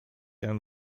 and